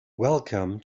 welcome